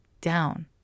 down